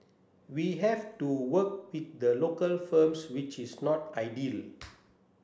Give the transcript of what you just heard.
we have to work with the local firms which is not ideal